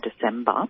December